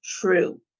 true